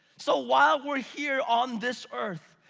so while we're here on this earth,